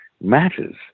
matters